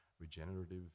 regenerative